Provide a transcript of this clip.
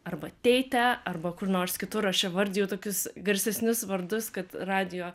arba teite arba kur nors kitur aš čia vardiju tokius garsesnius vardus kad radijo